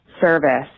service